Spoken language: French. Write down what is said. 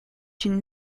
une